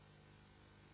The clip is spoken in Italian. Grazie